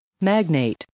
Magnate